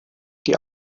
die